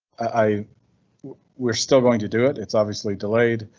i we're still going to do it. it's obviously delayed.